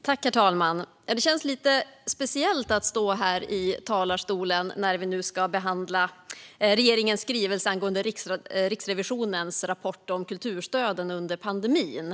Herr talman! Det känns lite speciellt att stå här i talarstolen när vi nu ska behandla regeringens skrivelse angående Riksrevisionens rapport om kulturstöden under pandemin.